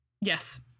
Yes